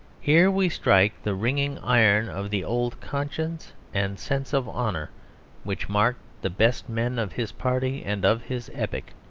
here we strike the ringing iron of the old conscience and sense of honour which marked the best men of his party and of his epoch.